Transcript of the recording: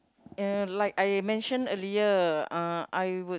uh like I mentioned earlier uh I would